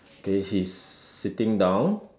okay he's sitting down